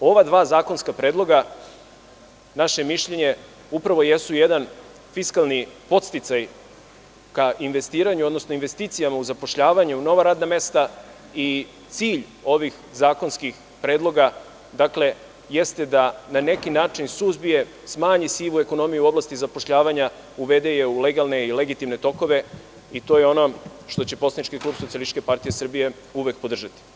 Ova dva zakonska predloga, naše je mišljenje, upravo jesu jedan fiskalni podsticaj ka investiranju, odnosno investicijama u zapošljavanju, nova radna mesta i cilj ovih zakonskih predloga jeste da na neki način suzbije, smanji sivu ekonomiju u oblasti zapošljavanja, uvede je u legalne i legitimne tokove i to je ono što će poslanički klub SPS uvek podržati.